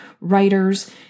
writers